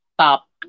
stop